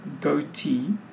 goatee